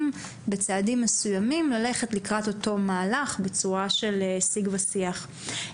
בצעדים מסוימים ללכת לקראת אותו מהלך בצורה של שיג ושיח.